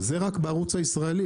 זה רק בערוץ הישראלי,